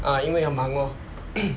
啊因为很忙咯